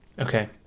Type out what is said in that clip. Okay